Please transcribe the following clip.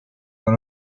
dans